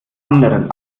anderen